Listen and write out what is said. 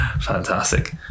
Fantastic